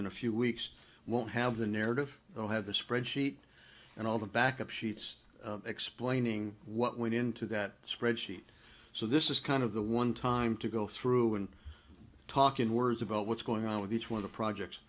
in a few weeks won't have the narrative we'll have the spreadsheet and all the backup sheets explaining what went into that spreadsheet so this is kind of the one time to go through and talk in words about what's going on with each one of the projects